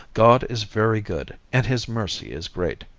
god is very good, and his mercy is great.